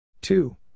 Two